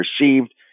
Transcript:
received